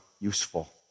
useful